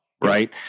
right